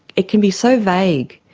it can be so vague.